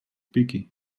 peaky